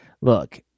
look